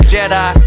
Jedi